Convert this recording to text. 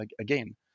again